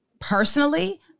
personally